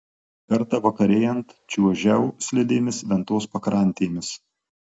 kartą vakarėjant čiuožiau slidėmis ventos pakrantėmis